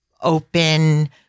open